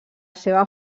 seva